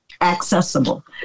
accessible